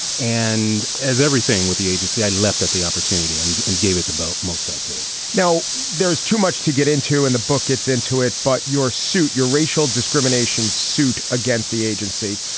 and as everything with the agency, i leapt at the opportunity and and gave it the best, most i could now there's too much to get into and the book gets into it. but your suit, your racial discrimination suit against the agency.